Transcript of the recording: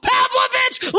Pavlovich